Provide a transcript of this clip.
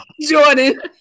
jordan